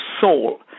soul